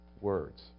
words